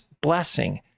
blessing